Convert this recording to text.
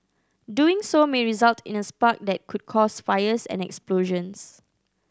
doing so may result in a spark that could cause fires and explosions